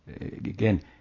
Again